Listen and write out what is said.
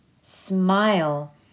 smile